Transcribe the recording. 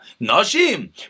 Nashim